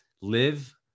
live